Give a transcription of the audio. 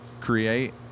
create